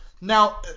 now